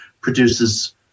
produces